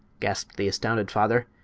gasped the astounded father.